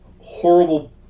horrible